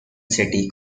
city